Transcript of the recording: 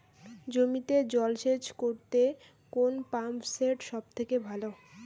জমিতে জল সেচ করতে কোন পাম্প সেট সব থেকে ভালো?